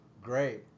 Great